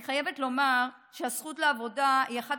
אני חייבת לומר שהזכות לעבודה היא אחת